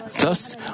Thus